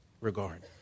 regard